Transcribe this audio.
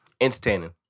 Entertaining